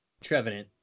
Trevenant